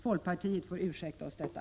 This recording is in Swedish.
Folkpartiet får ursäkta oss för detta.